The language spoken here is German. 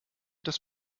das